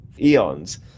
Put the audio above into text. eons